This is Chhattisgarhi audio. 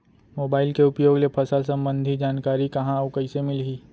मोबाइल के उपयोग ले फसल सम्बन्धी जानकारी कहाँ अऊ कइसे मिलही?